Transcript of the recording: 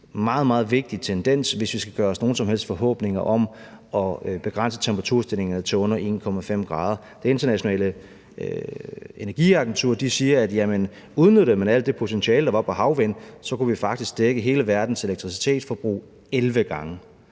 en meget, meget vigtig tendens, hvis vi skal gøre os nogen som helst forhåbninger om at begrænse temperaturstigningerne til under 1,5 grader. Det Internationale Energiagentur siger, at udnyttede man alt det potentiale, der er ved havvind, kunne man faktisk dække hele verdens elektricitetsforbrug 11 gange.